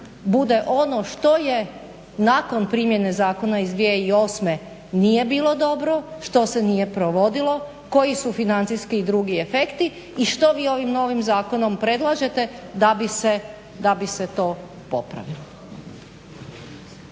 bude ono što nakon primjene zakona iz 2008. nije bilo dobro, što se nije provodilo, koji su financijski i drugi efekti i što vi ovim novim zakonom predlažete da bi se to popravilo.